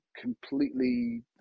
completely